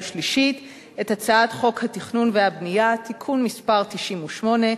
שלישית את הצעת חוק התכנון והבנייה (תיקון מס' 98),